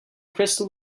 crystal